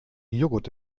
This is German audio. joghurt